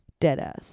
Deadass